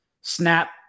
snap